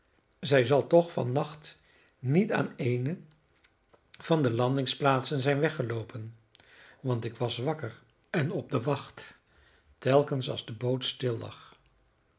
zij zal toch van nacht niet aan eene van de ladingsplaatsen zijn weggeloopen want ik was wakker en op de wacht telkens als de boot stillag